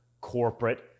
corporate